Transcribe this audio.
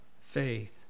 faith